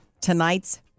tonight's